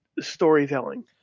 storytelling